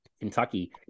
Kentucky